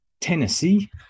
tennessee